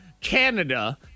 Canada